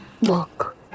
look